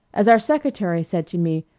as our secretary said to me,